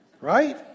right